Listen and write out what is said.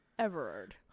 everard